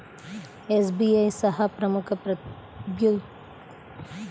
SBI సహా ప్రముఖ ప్రభుత్వరంగ బ్యాంకులు, ఎల్.ఐ.సీ హౌసింగ్ ఫైనాన్స్ కూడా రేట్లను సవరించాయి